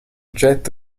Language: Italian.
jet